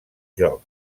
joc